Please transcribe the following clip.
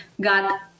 got